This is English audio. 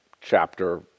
chapter